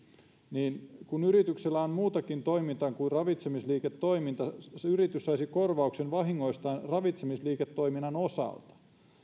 niin kun yrityksellä on muutakin toimintaa kuin ravitsemisliiketoiminta yritys saisi korvauksen vahingoistaan ravitsemisliiketoiminnan osalta